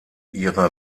ihre